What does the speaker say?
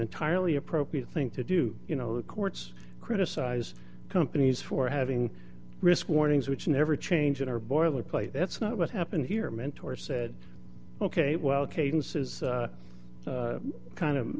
entirely appropriate thing to do you know the courts criticize companies for having risk warnings which never changes are boilerplate that's not what happened here mentor said ok well cadence is kind of